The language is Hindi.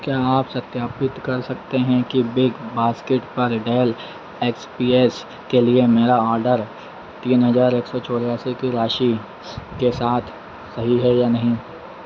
क्या आप सत्यापित कर सकते हैं कि बिग बास्केट पर डेल एक्स पी एस के लिए मेरा ऑर्डर तीन हज़ार एक सौ चौरासी की राशि के साथ सही है या नहीं